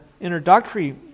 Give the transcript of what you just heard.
introductory